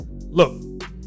Look